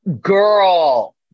girl